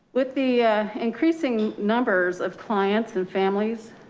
with the increasing numbers of clients and families.